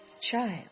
child